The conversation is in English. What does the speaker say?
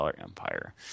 empire